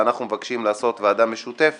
ואנחנו מבקשים לעשות ועדה משותפת,